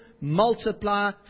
multiply